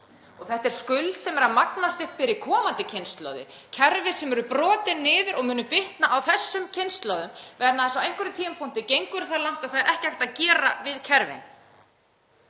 Og þetta er skuld sem er að magnast upp fyrir komandi kynslóðir, kerfi sem eru brotin niður og munu bitna á þessum kynslóðum, vegna þess að á einhverjum tímapunkti gengurðu það langt að það er ekki hægt að gera við kerfin.